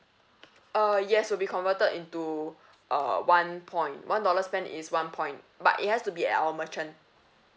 uh yes will be converted into uh one point one dollar spend is one point but it has to be at our merchant